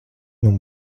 man